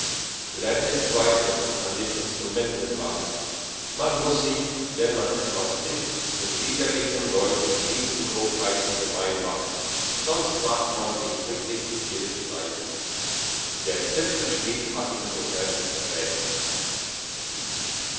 lerne zweitens an dem instrumentenmacher man muss sich wenn man etwas ist mit liederlichen leuten nie in grobheiten gemein machen sonst macht man sich wirklich zu ihresgleichen der zirkelschmied hatte insofern recht